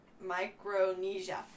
Micronesia